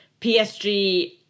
PSG